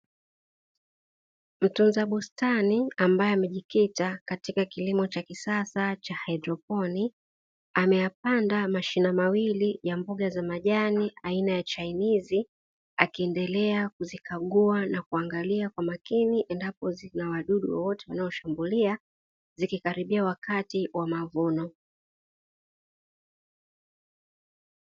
Mtunza bustani ambaye ni amejikita katika kilimo cha kisasa cha haidroponi, ameyapanda mashina mawili ya mboga za majani aina ya Chainizi, akiendelea kuzikagua na kuangalia kwa makini endapo zina wadudu wowote wanao shambulia zikikaribia wakati wa mavuno.